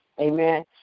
Amen